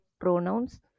pronouns